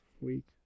week